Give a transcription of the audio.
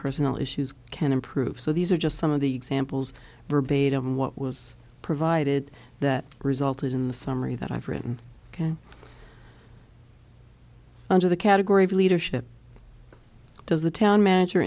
personal issues can improve so these are just some of the examples verbatim what was provided that resulted in the summary that i've written under the category of leadership does the town manager